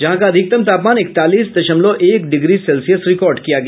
जहां का अधिकतम तापमान इकतालीस दशमलव एक डिग्री सेल्सियस रिकॉर्ड किया गया